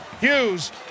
Hughes